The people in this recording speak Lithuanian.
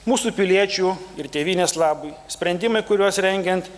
mūsų piliečių ir tėvynės labui sprendimai kuriuos rengiant